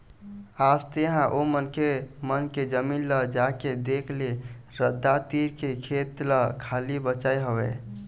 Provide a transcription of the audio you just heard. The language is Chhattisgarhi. आज तेंहा ओ मनखे मन के जमीन ल जाके देख ले रद्दा तीर के खेत ल खाली बचाय हवय